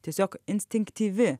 tiesiog instinktyvi